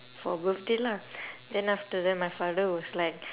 for birthday lah then after that my father was like